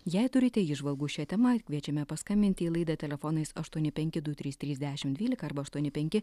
jei turite įžvalgų šia tema kviečiame paskambinti į laidą telefonais aštuoni penki du trys trys dešim dvylika arba aštuoni penki